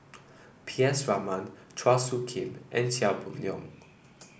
P S Raman Chua Soo Khim and Chia Boon Leong